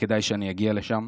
וכדאי שאני אגיע לשם.